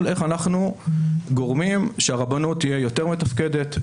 איך אנחנו גורמים לכך שהרבנות תהיה יותר מתפקדת,